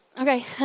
Okay